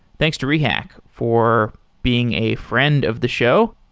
thanks to rehack for being a friend of the show,